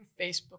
Facebook